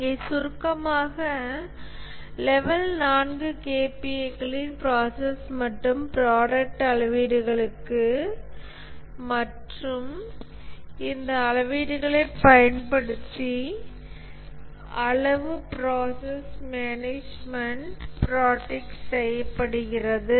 இங்கே சுருக்கமாக level 4 KPA களின் ப்ராசஸ் மற்றும் ப்ராடக்ட் அளவீடுகளுக்கு மற்றும் இந்த அளவீடுகளைப் பயன்படுத்தி அளவு ப்ராசஸ் மேனேஜ்மென்ட் ப்ராக்டீஸ் செய்யப்படுகிறது